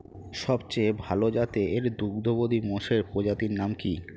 সবচেয়ে ভাল জাতের দুগ্ধবতী মোষের প্রজাতির নাম কি?